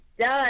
done